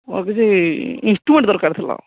ମୋର କିଛି ଇନଷ୍ଟ୍ରୁମେଣ୍ଟ ଦରକାର ଥିଲା